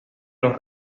los